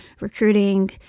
recruiting